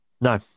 No